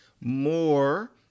more